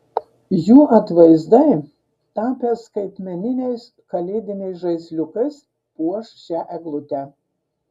jų atvaizdai tapę skaitmeniniais kalėdiniais žaisliukais puoš šią eglutę